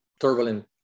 turbulent